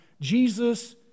Jesus